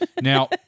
Now